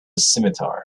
scimitar